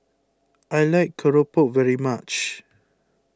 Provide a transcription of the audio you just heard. I like Keropok very much